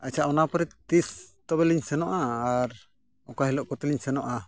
ᱟᱪᱪᱷᱟ ᱚᱱᱟ ᱯᱚᱨᱮ ᱛᱤᱥ ᱛᱚᱵᱮ ᱞᱤᱧ ᱥᱮᱱᱚᱜᱼᱟ ᱟᱨ ᱚᱠᱟ ᱦᱤᱞᱳᱜ ᱠᱚᱛᱮᱞᱤᱧ ᱥᱮᱱᱚᱜᱼᱟ